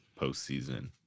postseason